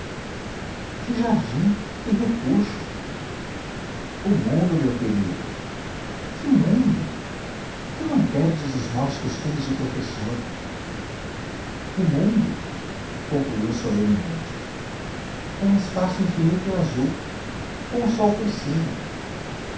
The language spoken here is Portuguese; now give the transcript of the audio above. que jardim que repuxo o mundo meu querido que mundo tu não perdes os maus costumes de professor o mundo concluiu solenemente é um espaço infinito e azul com o sol por cima